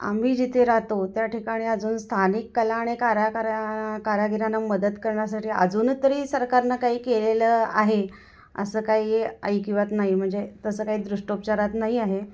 आम्ही जिथे राहतो त्या ठिकाणी अजून स्थानिक कला आणि काराकारा कारगिरांना मदत करण्यासाठी अजून तरी सरकारनं काही केलेलं आहे असं काही ऐकिवात नाही म्हणजे तसं काही दृष्टोपचारात नाही आहे